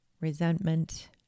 resentment